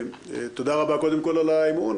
תודה רבה, קודם כל על האמון.